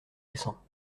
récents